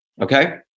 okay